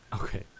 Okay